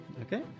okay